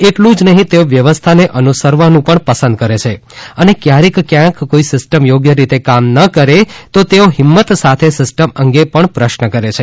એટલું જ નહીં તેઓ વ્યવસ્થાને અનુસરવાનું પણ પસંદ કરે છે અને કથારેક કથાંક કોઇ સિસ્ટમ યોગ્ય રીતે કામ ન કરે તો તેઓ હિંમત સાથે સિસ્ટમ અંગે પ્રશ્ન પણ કરે છે